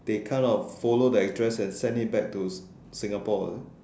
they kind of follow actress and send it back to Singapore is it